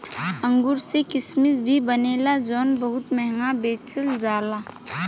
अंगूर से किसमिश भी बनेला जवन बहुत महंगा बेचल जाला